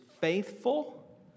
faithful